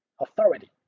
authority